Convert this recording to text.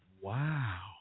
Wow